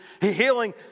healing